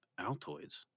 Altoids